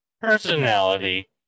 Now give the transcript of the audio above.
personality